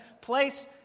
place